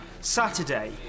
Saturday